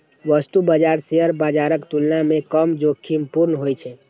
वस्तु बाजार शेयर बाजारक तुलना मे कम जोखिमपूर्ण होइ छै